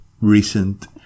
recent